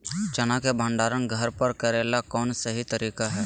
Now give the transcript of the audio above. चना के भंडारण घर पर करेले कौन सही तरीका है?